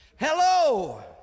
Hello